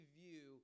view